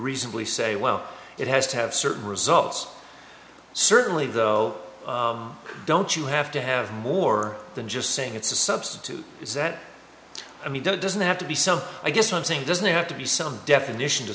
reasonably say well it has to have certain results certainly though don't you have to have more than just saying it's a substitute is that i mean that doesn't have to be so i guess i'm saying doesn't have to be some definition to